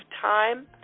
time